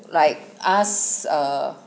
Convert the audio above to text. like ask err